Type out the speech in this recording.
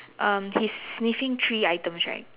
um he's sniffing three items right